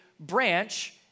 Branch